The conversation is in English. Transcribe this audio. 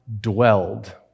dwelled